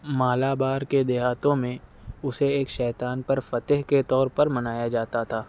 مالابار کے دیہاتوں میں اسے ایک شیطان پر فتح کے طور پر منایا جاتا تھا